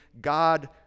God